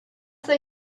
they